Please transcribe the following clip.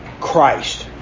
Christ